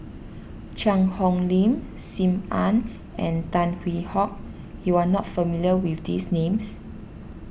Cheang Hong Lim Sim Ann and Tan Hwee Hock you are not familiar with these names